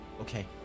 Okay